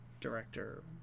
director